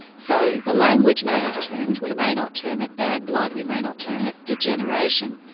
so the language may have turned, we may not term it bad blood, we may not term it degeneration.